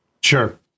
Sure